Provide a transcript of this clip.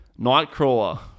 Nightcrawler